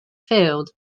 failed